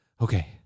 okay